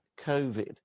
COVID